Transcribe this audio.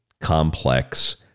complex